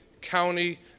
county